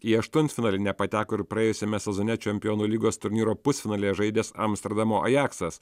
į aštuntfinalį nepateko ir praėjusiame sezone čempionų lygos turnyro pusfinalyje žaidęs amsterdamo ajaksas